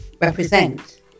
represent